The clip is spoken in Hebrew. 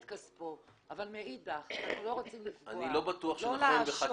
כספו אבל מאידך לא רוצים לפגוע או לעשוק,